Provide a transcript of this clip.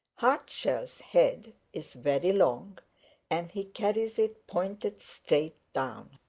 hardshell's head is very long and he carries it pointed straight down.